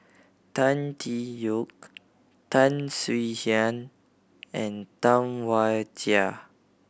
Tan Tee Yoke Tan Swie Hian and Tam Wai Jia